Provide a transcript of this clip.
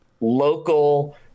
local